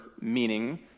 meaning